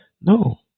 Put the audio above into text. no